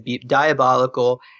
diabolical